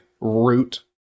root